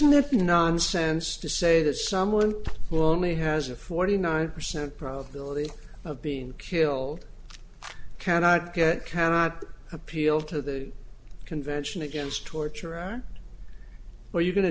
their nonsense to say that someone who only has a forty nine percent probability of being killed cannot get cannot appeal to the convention against torture are are you going to